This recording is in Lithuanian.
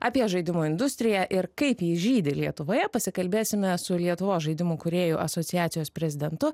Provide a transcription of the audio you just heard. apie žaidimų industriją ir kaip ji žydi lietuvoje pasikalbėsime su lietuvos žaidimų kūrėjų asociacijos prezidentu